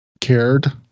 cared